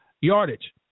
yardage